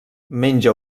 menja